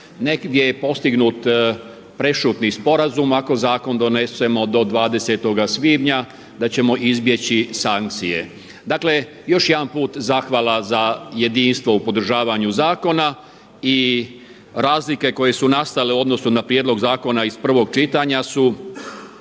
Negdje je postignut prešutni sporazum ako zakon donesemo do 20.-oga svibnja da ćemo izbjeći sankcije. Dakle, još jedan put zahvala za jedinstvo u podržavanju zakona i razlike koje su nastale u odnosu na prijedlog zakona iz prvog čitanja su,